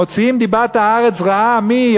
מוציאים דיבת הארץ רעה, מי?